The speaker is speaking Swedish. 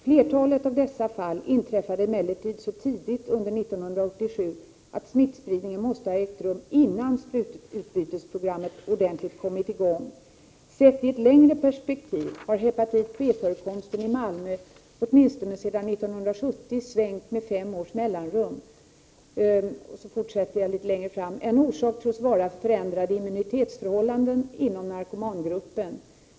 Flertalet av dessa fall inträffade emellertid så tidigt under 1987 att smittspridningen måste ha ägt rum innan sprutbytesprogrammet ordentligt kommit igång. Sett i ett längre perspektiv har hepatit B-förekomsten i Malmö åtminstone sedan 1970 svängt med 5 års mellanrum ———. En orsak tros vara förändrade immunitetsförhållanden inom narkomangruppen.